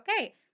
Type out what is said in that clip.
Okay